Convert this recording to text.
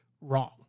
wrong